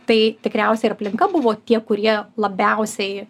tai tikriausiai ir aplinka buvo tie kurie labiausiai